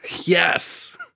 Yes